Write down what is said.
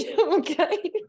Okay